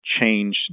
change